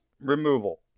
removal